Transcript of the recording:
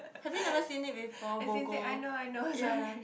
have you never seen it before Bogo ya